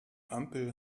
ampel